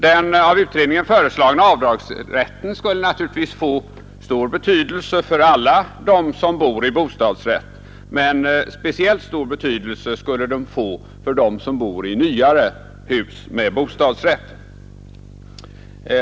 Den av utredningen föreslagna avdragsrätten skulle naturligtvis få stor betydelse för alla dem som bor i bostadsrättsfastigheter, men speciellt stor betydelse för dem som bor i nya hus med bostadsrätt.